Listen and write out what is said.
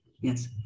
yes